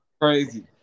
crazy